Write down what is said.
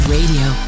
Radio